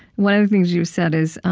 one of the things you've said is,